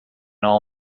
all